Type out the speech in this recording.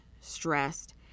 stressed